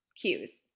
cues